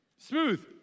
Smooth